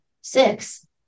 six